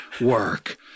work